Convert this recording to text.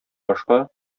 башка